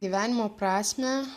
gyvenimo prasmę